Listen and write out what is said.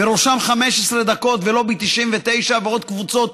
ובראשם "15 דקות" ו"לובי 99" ועוד קבוצות,